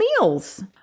meals